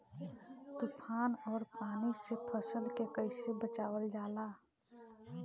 तुफान और पानी से फसल के कईसे बचावल जाला?